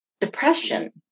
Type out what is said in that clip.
depression